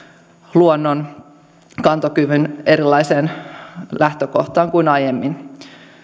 luonnon kantokyvyn erilaiseen lähtökohtaan kuin aiemmin